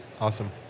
Awesome